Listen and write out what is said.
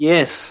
Yes